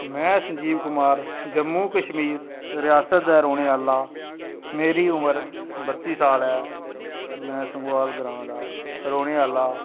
में संजीब कुमार जम्मू कश्मीर रिसायत दा रौंहने आहला हां मेरी उमर बत्ती साल ऐ मे समवाल ग्रां दा रौहने आहला